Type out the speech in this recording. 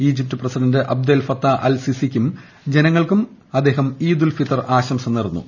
Egypt president Abdel Fattah al സിസിക്കും ജനങ്ങൾക്കും അദ്ദേഹം ഈദ് ഉൽ ഫിത്തർ ആശംസ നേർന്നു